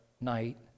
night